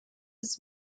des